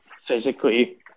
physically